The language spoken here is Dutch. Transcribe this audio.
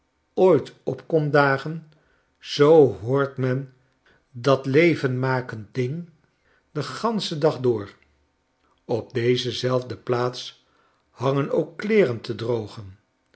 ooit op komt dagen zoo hoort men dat levenmakend ding den ganschen dag door op deze zelfde plaats hangen ook kleeren te drogen